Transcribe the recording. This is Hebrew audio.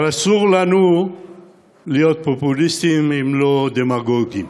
אבל אסור לנו להיות פופוליסטים, אם לא דמגוגים.